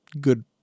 good